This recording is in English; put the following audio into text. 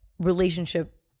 relationship